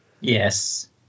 Yes